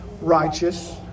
righteous